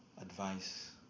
advice